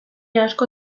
asko